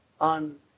on